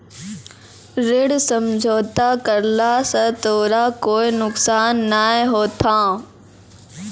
ऋण समझौता करला स तोराह कोय नुकसान नाय होथा